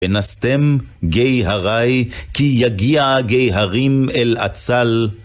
ונסתם גי הרי כי יגיע גי הרים אל עצל.